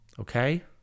Okay